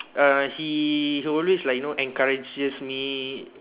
uh he always like you know encourages me